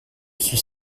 suis